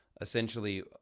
essentially